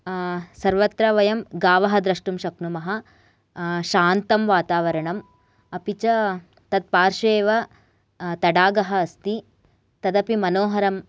सर्वत्र वयं गावः द्रष्टुं शक्नुमः शान्तं वातावरणम् अपि च तत्पार्श्वे एव तडागः अस्ति तदपि मनोहरं